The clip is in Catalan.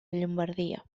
llombardia